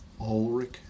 Ulrich